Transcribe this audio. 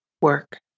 work